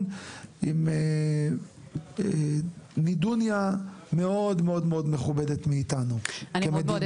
עם נדוניה מאוד מאוד מכובדת מאיתנו כמדינה.